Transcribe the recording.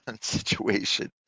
situation